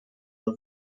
are